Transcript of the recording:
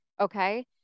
okay